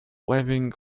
waving